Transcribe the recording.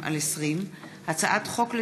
פ/3112/20 וכלה בהצעת חוק פ/3133/20,